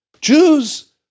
Jews